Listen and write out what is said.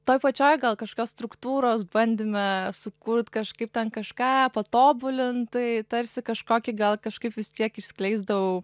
toj pačioj gal kažkokios struktūros bandyme sukurt kažkaip ten kažką patobulint tai tarsi kažkokį gal kažkaip vis tiek išskleisdavau